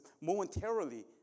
Momentarily